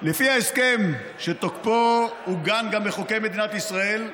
לפי ההסכם, שתוקפו עוגן גם בחוקי מדינת ישראל,